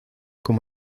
como